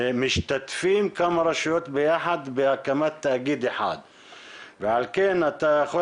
משתתפים כמה רשויות ביחד בהקמת תאגיד אחד ועל כן אתה יכול